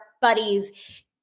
buddies